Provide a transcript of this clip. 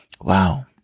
Wow